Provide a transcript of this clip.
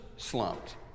slumped